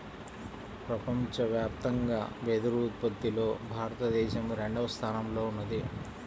ప్రపంచవ్యాప్తంగా వెదురు ఉత్పత్తిలో భారతదేశం రెండవ స్థానంలో ఉన్నది